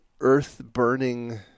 earth-burning